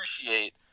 appreciate